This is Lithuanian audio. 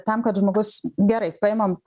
tam kad žmogus gerai paimam